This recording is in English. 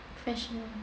fashion